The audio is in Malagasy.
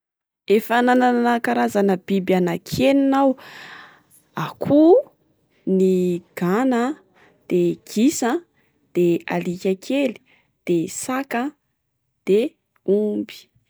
Efa nanana karazana biby anaky enina aho: akoho, ny gana, de gisa, de alika kely, de saka ,de omby.